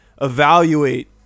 evaluate